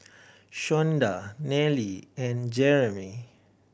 Shonda Nellie and Jerimy